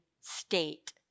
state